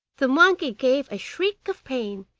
the monkey gave a shriek of pain,